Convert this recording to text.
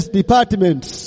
departments